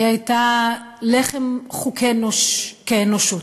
היא הייתה לחם חוקנו כאנושות,